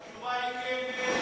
התשובה היא כן.